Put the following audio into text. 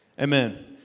amen